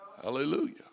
Hallelujah